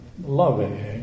love